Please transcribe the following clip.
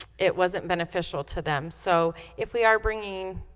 it wasn't beneficial to them so if we are bringing